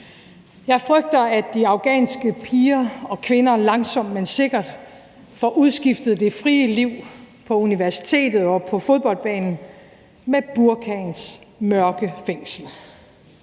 Jeg frygter, at de afghanske piger og kvinder langsomt, men sikkert får udskiftet det frie liv på universitetet og på fodboldbanen med burkaens mørke fængsel.